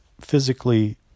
physically